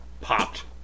popped